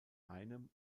einem